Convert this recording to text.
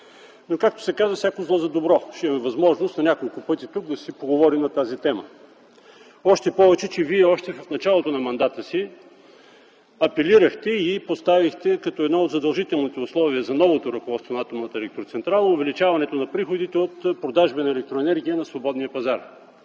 Но, както се казва, всяко зло за добро. Ще имаме възможност на няколко пъти тук да си поговорим на тази тема. Още повече, че Вие още в началото на мандата си апелирахте и поставихте като едно от задължителните условия за новото ръководство на Атомната електроцентрала увеличаването на приходите от продажби на електроенергия на свободния пазар.